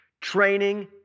training